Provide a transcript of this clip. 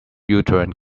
uterine